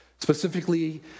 specifically